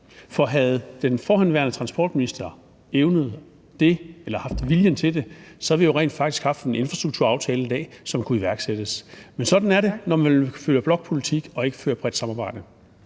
For havde den forhenværende transportminister evnet det eller haft viljen til det, havde vi jo rent faktisk haft en infrastrukturaftale i dag, som kunne iværksættes. Men sådan er det, når man fører blokpolitik og ikke fører bredt samarbejde.